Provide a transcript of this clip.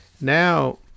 Now